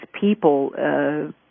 people